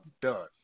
done